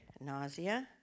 nausea